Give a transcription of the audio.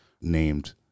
named